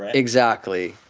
ah exactly.